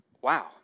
wow